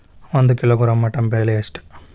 ಒಂದು kilogram mutton ಬೆಲೆ ಎಷ್ಟ್?